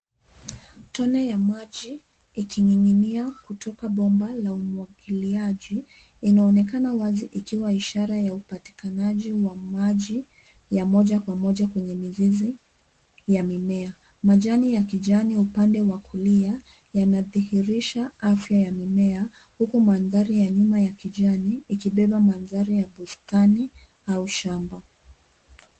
Tone ya maji ikining'inia kutoka bomba la umwagiliaji inaonekana wazi ikiwa ishara ya upatikanaji wa maji ya moja kwa moja kwenye mizizi ya mimea, majani ya kijani upande wa kulia yanadhihirisha afya ya mimea huko mandhari ya nyuma ya kijani ikibeba mandhari ya bustani au shamba.